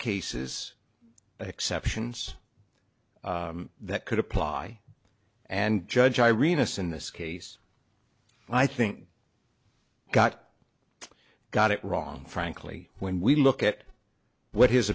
cases exceptions that could apply and judge i remiss in this case i think got got it wrong frankly when we look at what his